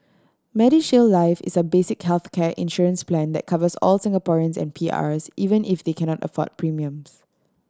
MediShield Life is a basic healthcare insurance plan that covers all Singaporeans and P Rs even if they cannot afford premiums